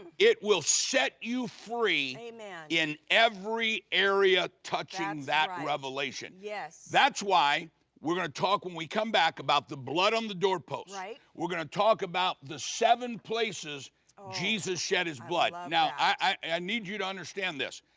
it will set you free amen in every area touching that um revelation. yes that's why we're gonna talk when we come back about the blood on the doorpost. right. we're gonna talk about the seven places jesus shed his blood. but now i need you to understand this.